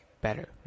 better